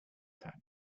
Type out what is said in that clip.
tax